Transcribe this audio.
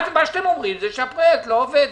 אתם אומרים שלא עובד.